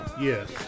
Yes